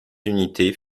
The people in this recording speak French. unités